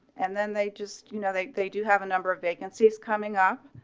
and then they just you know, they they do have a number of vacancies coming up